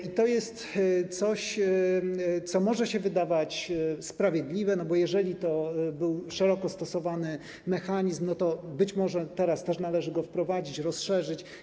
I to jest coś, co może się wydawać sprawiedliwe, bo jeżeli to był szeroko stosowany mechanizm, to być może teraz też należy go wprowadzić, rozszerzyć.